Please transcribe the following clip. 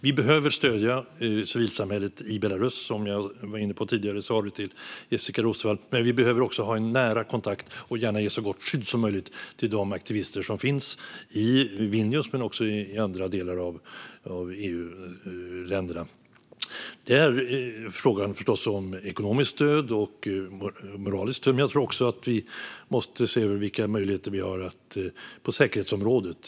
Vi behöver stödja civilsamhället i Belarus, som jag var inne på tidigare i svaret till Jessika Roswall, men vi behöver också ha en nära kontakt och gärna ge så gott skydd som möjligt till de aktivister som finns i Vilnius men också i andra delar av EU-länderna. Det är förstås fråga om både ekonomiskt och moraliskt stöd, men jag tror också att vi måste se över vilka möjligheter vi har att ge stöd på säkerhetsområdet.